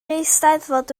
eisteddfod